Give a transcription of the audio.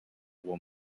will